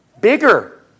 bigger